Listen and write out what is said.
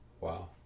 Wow